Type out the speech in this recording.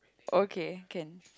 okay can